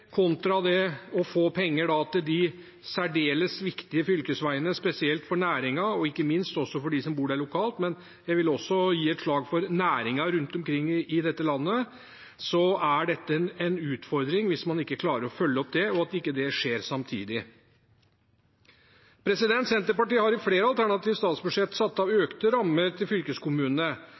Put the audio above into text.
kontra det å få penger til de særdeles viktige fylkesveiene, blir –spesielt for næringene, og ikke minst for de lokale som bor der, men jeg vil også slå et slag for næringene rundt omkring i dette landet – en utfordring hvis man ikke klarer å følge det opp og det ikke skjer samtidig. Senterpartiet har i flere alternative statsbudsjetter satt av økte rammer til fylkeskommunene.